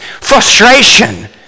frustration